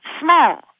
small